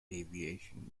aviation